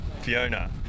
Fiona